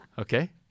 Okay